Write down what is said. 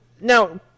now